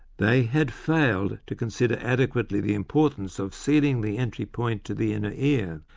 they had failed to consider adequately the importance of sealing the entry point to the inner ear,